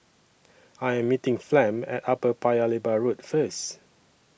I Am meeting Flem At Upper Paya Lebar Road First